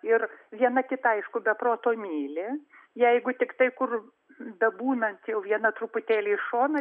ir viena kitą aišku be proto myli jeigu tiktai kur bebūnant jau viena truputėlį į šoną